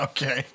Okay